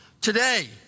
today